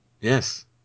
Yes